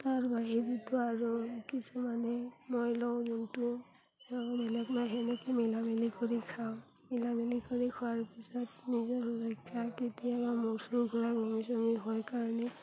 তাৰ বাহিৰেতো আৰু কিছুমানে মই লওঁ যোনটো বেলেগ মই সেনেকৈ মিলাই মিলি কৰি খাওঁ মিলাই মেলি কৰি খোৱাৰ পিছত নিজৰ সুৰক্ষা কেতিয়াবা মূৰ চুৰ ঘূৰাই ঘমি চমি হৈ কাৰণে